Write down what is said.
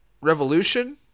Revolution